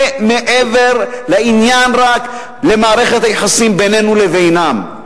מעבר לעניין של רק מערכת היחסים בינינו לבינם.